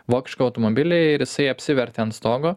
vokišką automobilį ir jisai apsivertė ant stogo